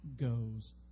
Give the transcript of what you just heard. goes